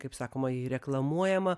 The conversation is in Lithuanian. kaip sakoma ji reklamuojama